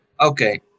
Okay